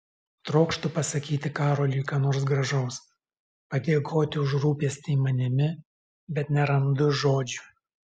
trokštu pasakyti karoliui ką nors gražaus padėkoti už rūpestį manimi bet nerandu žodžių